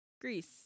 Greece